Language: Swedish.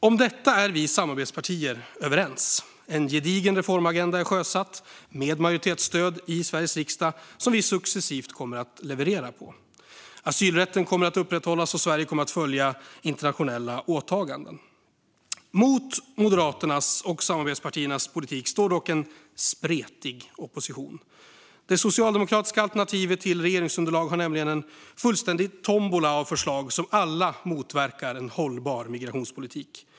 Om detta är vi samarbetspartier överens. En gedigen reformagenda är sjösatt, med majoritetsstöd i Sveriges riksdag, som vi successivt kommer att leverera på. Asylrätten kommer att upprätthållas, och Sverige kommer att följa internationella åtaganden. Mot Moderaternas och samarbetspartiernas politik står dock en spretig opposition. Det socialdemokratiska alternativet till regeringsunderlag har nämligen en fullständig tombola av förslag som alla motverkar en hållbar migrationspolitik.